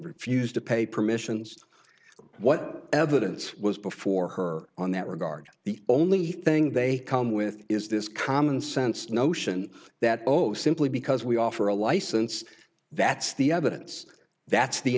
refused to pay permissions what evidence was before her on that regard the only thing they come with is this commonsense notion that oh simply because we offer a license that's the evidence that's the